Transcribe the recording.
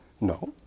No